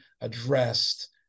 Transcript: addressed